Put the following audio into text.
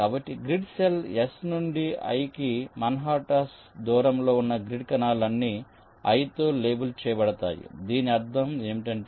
కాబట్టి grid cell S నుండి i కి మాన్హాటన్ దూరంలో ఉన్న గ్రిడ్ కణాలు అన్నీ i తో లేబుల్ చేయబడతాయి దీని అర్థం ఏమిటి